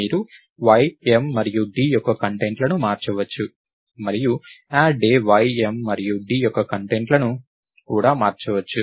మీరు y m మరియు d యొక్క కంటెంట్లను మార్చవచ్చు మరియు add day y m మరియు d యొక్క కంటెంట్లను కూడా మార్చవచ్చు